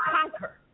conquer